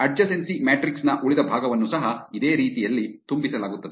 adjacency matrix ನ ಉಳಿದ ಭಾಗವನ್ನು ಸಹ ಇದೇ ರೀತಿಯಲ್ಲಿ ತುಂಬಿಸಲಾಗುತ್ತದೆ